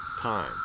time